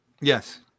Yes